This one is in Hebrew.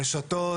הרשתות,